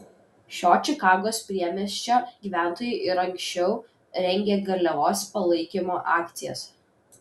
šio čikagos priemiesčio gyventojai ir anksčiau rengė garliavos palaikymo akcijas